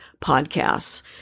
podcasts